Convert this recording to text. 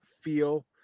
feel